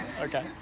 okay